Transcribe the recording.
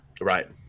Right